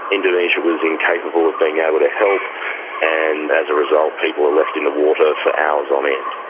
indonesia was incapable of being able to help and as a result people are left in the water for hours on end.